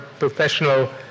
professional